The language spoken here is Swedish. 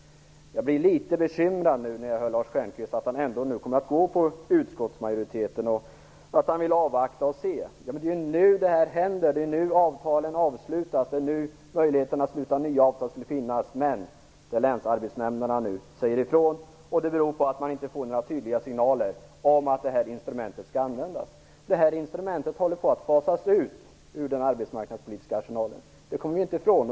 Jag blir när jag nu hör Lars Stjernkvist litet bekymrad inför möjligheten att han ändå kommer att stödja utskottsmajoritetens uppfattning att man bör avvakta och se. Det är nu som det händer. Det är nu som avtalen löper ut och som det skulle finnas möjlighet att sluta nya avtal. Men länsarbetsnämnderna säger nu att de inte får några tydliga signaler om att detta instrument skall användas. Detta instrument håller på att fasas ut ur den arbetsmarknadspolitiska arsenalen. Det kommer vi inte ifrån.